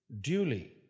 duly